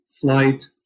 flight